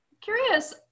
Curious